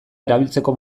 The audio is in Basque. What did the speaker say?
erabiltzeko